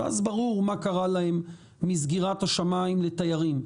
שאז ברור מה קרה להם מסגירת השמיים לתיירים.